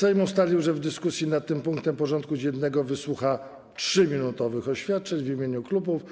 Sejm ustalił, że w dyskusji nad tym punktem porządku dziennego wysłucha 3-minutowych oświadczeń w imieniu klubów i koła.